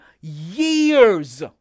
years